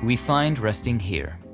who we find resting here.